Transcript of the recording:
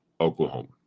Oklahoma